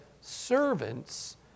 servants